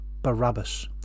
Barabbas